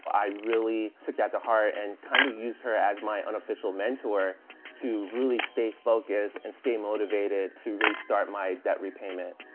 i really took that to heart and kind of used her as my unofficial mentor to really stay focused and stay motivated to really start my debt repayment.